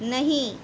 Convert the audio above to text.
نہیں